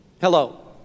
Hello